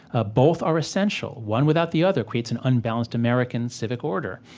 ah both are essential. one without the other creates an unbalanced american civic order.